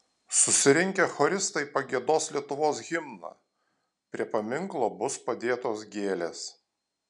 susirinkę choristai pagiedos lietuvos himną prie paminklo bus padėtos gėlės